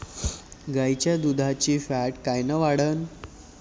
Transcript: गाईच्या दुधाची फॅट कायन वाढन?